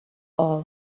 all